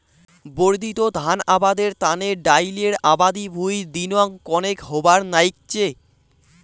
বর্ধিত ধান আবাদের তানে ডাইলের আবাদি ভুঁই দিনং কণেক হবার নাইগচে